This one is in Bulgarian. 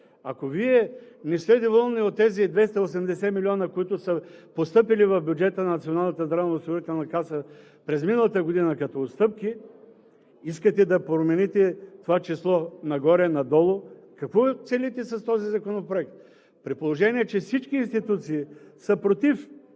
Ако Вие не сте доволни от тези 280 милиона, които са постъпили в бюджета на Националната здравноосигурителна каса през миналата година като отстъпки, искате да промените това число – нагоре-надолу. Какво целите с този законопроект? При положение че всички институции са против